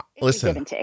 listen